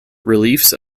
reliefs